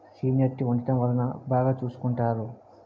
seniority ఉండటం వలన బాగా చూసుకుంటారు